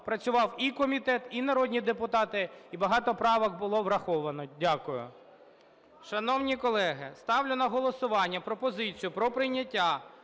працював і комітет і народні депутати, і багато правок було враховано. Дякую. Шановні колеги, ставлю на голосування пропозицію про прийняття